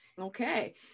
Okay